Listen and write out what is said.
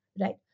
right